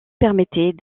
permettait